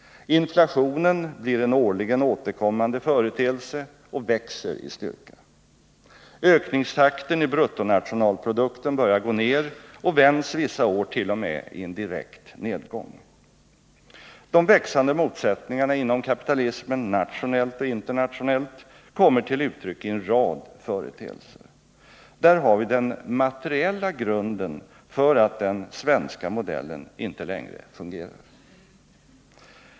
Inflationen blir en årligen återkommande företeelse och växer i styrka. Ökningstakten i bruttonationalprodukten börjar gå ned och vänds vissa årt.o.m.ien direkt nedgång. De växande motsättningarna inom kapitalismen, nationellt och internationellt, kommer till uttryck i en rad företeelser. Där har vi den materiella grunden för att ”den svenska modellen” inte längre fungerar.